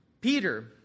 Peter